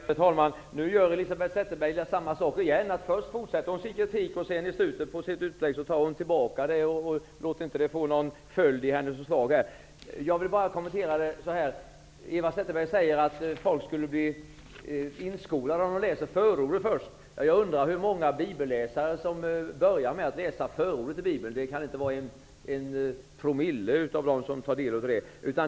Herr talman! Nu gör Eva Zetterberg samma sak igen. Först fortsätter hon sin kritik och sedan, i slutet av sitt inlägg, tar hon tillbaka den och låter den inte få någon följd i hennes förslag. Jag vill bara kommentera det som Eva Zetterberg sade om att folk skulle bli inskolade om de läser förordet först. Jag undrar hur många bibelläsare som börjar med att läsa förordet. Det kan inte vara en promille av läsarna som tar del av det.